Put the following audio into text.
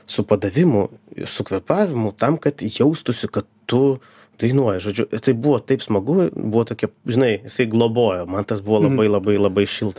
su padavimu su kvėpavimu tam kad jaustųsi kad tu dainuoji žodžiu ir tai buvo taip smagu buvo tokia žinai jisai globojo man tas buvo labai labai labai šilta